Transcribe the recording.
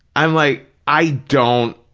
i'm like, i don't,